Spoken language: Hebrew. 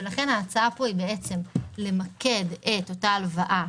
ולכן ההצעה פה היא בעצם למקד את אותה הלוואה